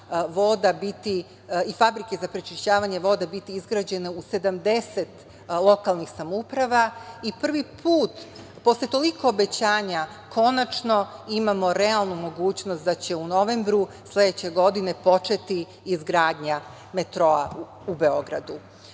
i fabrike za prečišćavanje voda biti izgrađene u 70 lokalnih samouprava i prvi put, posle toliko obećanja, konačno imamo realnu mogućnost da će u novembru sledeće godine početi izgradnja metroa u Beogradu.